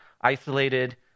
isolated